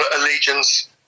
allegiance